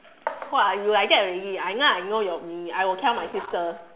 !wah! you like that already I now I know your I will tell my sister